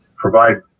provide